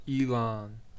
Elon